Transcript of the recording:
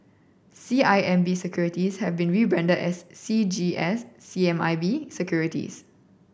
C I M B Securities have been rebranded as C G S C M I B Securities